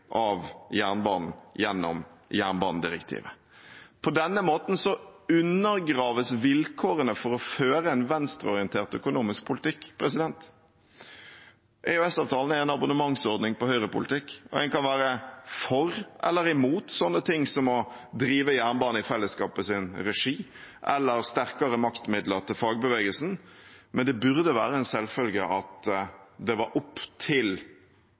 av jernbanen gjennom jernbanedirektivet. På denne måten undergraves vilkårene for å føre en venstreorientert økonomisk politikk. EØS-avtalen er en abonnementsordning på høyrepolitikk. En kan være for eller imot sånne ting som å drive jernbane i fellesskapets regi eller sterkere maktmidler til fagbevegelsen, men det burde være en selvfølge at det var opp til